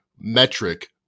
metric